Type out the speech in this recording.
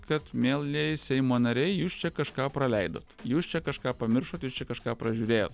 kad mielieji seimo nariai jūs čia kažką praleidot jūs čia kažką pamiršot jūs čia kažką pražiūrėjot